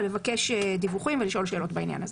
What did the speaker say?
ולבקש דיווחים ולשאול שאלות בעניין הזה.